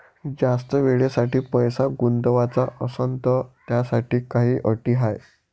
जास्त वेळेसाठी पैसा गुंतवाचा असनं त त्याच्यासाठी काही अटी हाय?